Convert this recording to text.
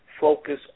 focus